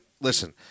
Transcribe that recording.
listen